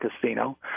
casino